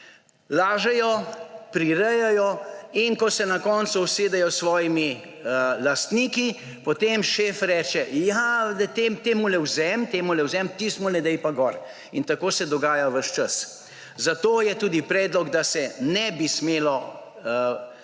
Lažejo, prirejajo, in ko se na koncu usedejo s svojimi lastniki, potem šef reče: »Ja, temule vzemi, temule vzemi, tistemule daj pa gor.« In tako se dogaja ves čas. Zato je tudi predlog, da se javnomnenjskih